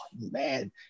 man